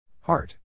Heart